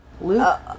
Luke